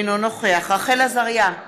אינו נוכח רחל עזריה,